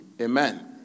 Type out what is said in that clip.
Amen